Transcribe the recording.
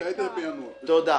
תודה.